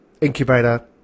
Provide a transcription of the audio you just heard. incubator